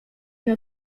nie